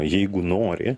jeigu nori